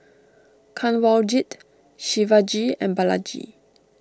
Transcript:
Kanwaljit Shivaji and Balaji